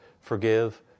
forgive